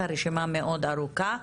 הרשימה מאוד ארוכה.